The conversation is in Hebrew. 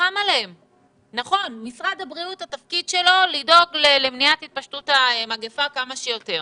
נכון שתפקיד משרד הבריאות לדאוג למניעת התפשטות המגפה כמה שיותר.